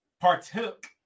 partook